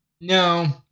No